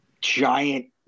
giant